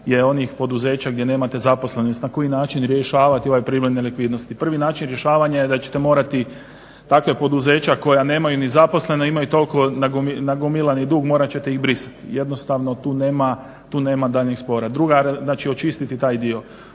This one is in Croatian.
je onih poduzeća gdje nemate zaposlenost. Na koji način rješavati ovaj primjer nelikvidnosti. Prvi način rješavanja je da ćete morati takva poduzeća koja nemaju ni zaposlene, a imaju toliko nagomilani dug morat ćete ih brisati. Jednostavno tu nema daljnjeg spora, znači očistiti taj dio.